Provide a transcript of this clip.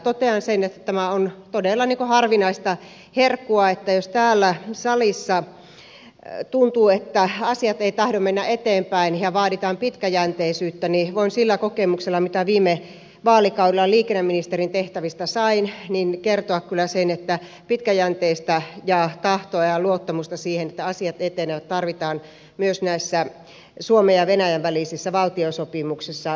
totean sen että tämä on todella harvinaista herkkua joten jos täällä salissa tuntuu että asiat eivät tahdo mennä eteenpäin ja vaaditaan pitkäjänteisyyttä niin voin sillä kokemuksella jonka viime vaalikaudella liikenneministerin tehtävistä sain kertoa kyllä sen että pitkäjänteisyyttä ja tahtoa ja luottamusta siihen että asiat etenevät tarvitaan myös suomen ja venäjän välisissä valtiosopimuksissa